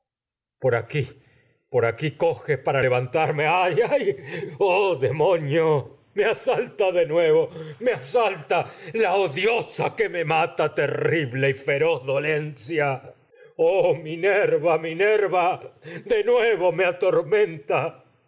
por aquí por aquí coge para asalta de levantarme me ayay la oh demonio me me nuevo asalta odiosa que mata terrible y feroz dolencia oh minerva minerva de de tu nuevo me atormenta